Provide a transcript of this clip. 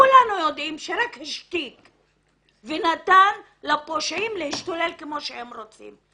כולנו יודעים שזה רק נתן לפושעים להשתולל כמו שהם רוצים.